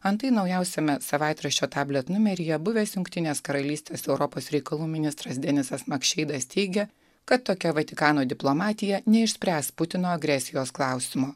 antai naujausiame savaitraščio tablet numeryje buvęs jungtinės karalystės europos reikalų ministras denisas makšeidas teigia kad tokia vatikano diplomatija neišspręs putino agresijos klausimo